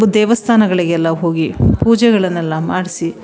ದೇವಸ್ಥಾನಗಳಿಗೆಲ್ಲ ಹೋಗಿ ಪೂಜೆಗಳನ್ನೆಲ್ಲ ಮಾಡಿಸಿ